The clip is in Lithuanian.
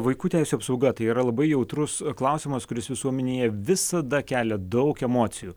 vaikų teisių apsauga tai yra labai jautrus klausimas kuris visuomenėje visada kelia daug emocijų